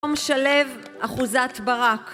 תום שלו, אחוזת ברק